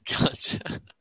Gotcha